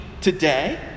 today